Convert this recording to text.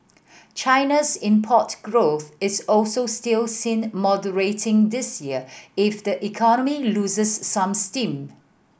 China's import growth is also still seen moderating this year if the economy loses some steam